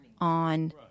on